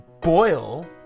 boil